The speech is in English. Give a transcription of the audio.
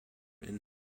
and